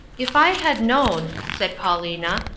if i had known, said paulina,